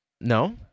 No